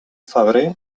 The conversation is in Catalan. febrer